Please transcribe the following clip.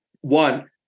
One